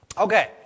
Okay